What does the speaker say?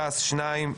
ש"ס שניים,